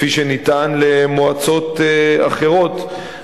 כפי שניתן למועצות אחרות,